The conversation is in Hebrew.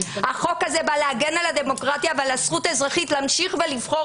החוק הזה בא להגן על הדמוקרטיה ועל הזכות האזרחית להמשיך ולבחור